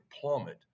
plummet